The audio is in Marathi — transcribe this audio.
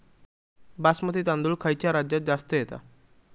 बासमती तांदूळ खयच्या राज्यात जास्त येता?